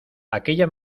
aquella